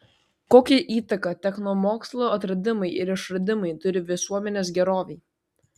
kokią įtaką technomokslo atradimai ir išradimai turi visuomenės gerovei